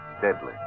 deadly